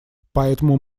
поэтому